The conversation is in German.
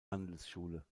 handelsschule